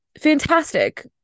Fantastic